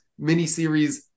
miniseries